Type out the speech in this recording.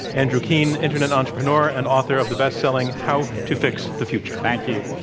andrew keen, internet entrepreneur and author of the bestselling how to fix the future. thank you.